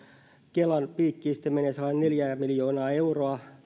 kelan piikkiin sitten menee sellainen neljä miljoonaa euroa